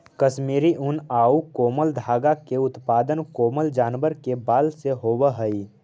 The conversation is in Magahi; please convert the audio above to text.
कश्मीरी ऊन आउ कोमल धागा के उत्पादन कोमल जानवर के बाल से होवऽ हइ